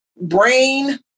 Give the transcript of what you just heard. brain